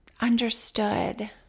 understood